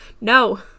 no